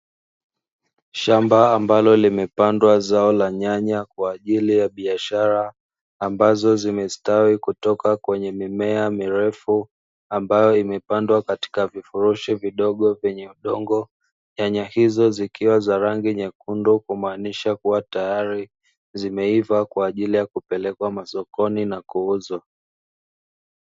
Shamba ambalo limepandwa zao la nyanya kwaajili ya biashara ambazo zimestawi kutoka kwenye mimea mirefu ambayo imepandwa katika vifurushi vidogo vyenye udongo, nyanya hizo zikiwa za rangi nyekundu kumaanisha kuwa tayari zimeiva kwaajili ya kupelekwa masokoni na kuuzwa.